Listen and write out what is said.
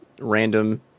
random